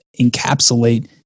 encapsulate